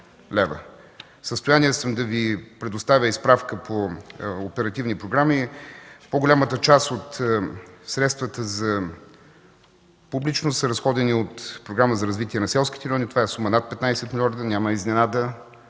състояние съм да Ви предоставя и справка по оперативните програми. По-голямата част от средствата за публичност са разходени от Програма за развитие на селските райони. Това е сума над 15 милиона, няма изненада,